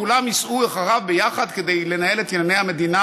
כולם ייסעו אחריו ביחד כדי לנהל את ענייני המדינה